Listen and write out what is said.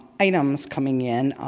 items coming in.